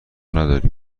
نداریم